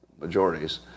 majorities